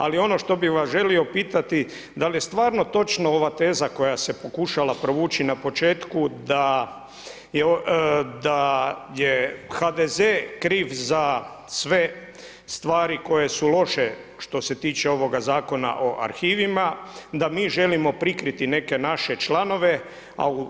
Ali ono što bih vas želio pitati da li je stvarno točno ova teza koja se pokušala provući na početku da je HDZ kriv za sve stvari koje su loše što se tiče ovoga Zakona o arhivima, da mi želimo prikriti neke naše članove.